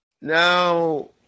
Now